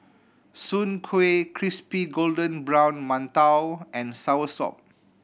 Soon Kueh crispy golden brown mantou and soursop